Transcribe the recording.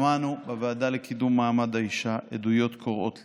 שמענו בוועדה לקידום מעמד האישה עדויות קורעות לב.